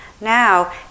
now